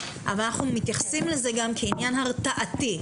אבל אנחנו מתייחסים לזה גם כעניין הרתעתי.